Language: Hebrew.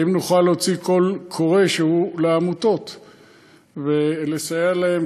האם נוכל להוציא קול קורא שהוא לעמותות ולסייע להן.